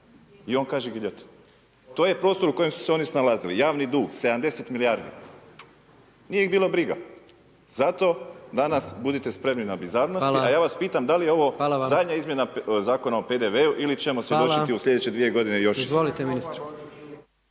i on kaže giljotina. To je prostor u kojem su se oni snalazili. Javni dug, 70 milijardi. Nije ih bilo briga. Zato danas budite spremni na bizarnosti a ja vas pitam da li je ovo zadnja izmjena Zakona o PDV-u ili ćemo svjedočiti u slijedeće 2 g. još?